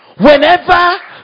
Whenever